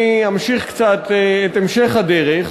אני אתאר קצת את המשך הדרך.